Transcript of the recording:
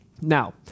Now